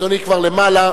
אדוני כבר למעלה.